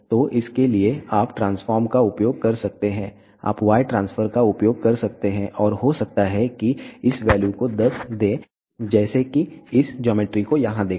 तो इसके लिए आप ट्रांसफॉर्म का उपयोग कर सकते हैं आप y ट्रांसफर का उपयोग कर सकते हैं और हो सकता है कि इस वैल्यू को 10 दें जैसे कि इस ज्योमेट्री को यहां देखें